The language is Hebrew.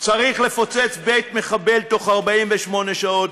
צריך לפוצץ בית מחבל תוך 48 שעות.